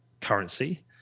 currency